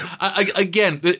again